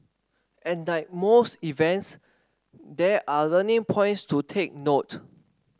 and like most events there are learning points to take note